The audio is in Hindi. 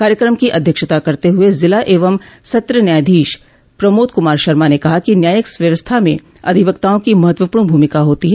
कार्यक्रम की अध्यक्षता करते हुए जिला एवं सत्र न्यायाधीश प्रमोद क्मार शर्मा ने कहा कि न्यायिक व्यवस्था में अधिवक्ताओं की महत्वपूर्ण भूमिका होती है